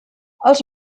els